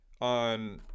on